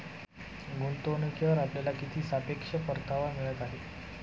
गुंतवणूकीवर आपल्याला किती सापेक्ष परतावा मिळत आहे?